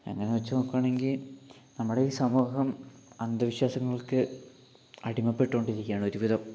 അങ്ങനെ വച്ച് നോക്കുകയാണെങ്കിൽ നമ്മുടെ ഈ സമൂഹം അന്ധവിശ്വാസങ്ങൾക്ക് അടിമപ്പെട്ടുകൊണ്ടിരിക്കുകയാണ് ഒരുവിധം